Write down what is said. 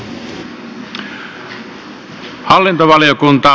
herra puhemies